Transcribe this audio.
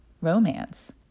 romance